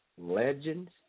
legends